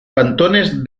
cantones